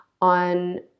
On